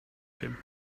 him